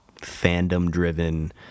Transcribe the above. fandom-driven